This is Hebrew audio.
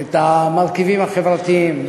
את המרכיבים החברתיים,